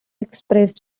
expressed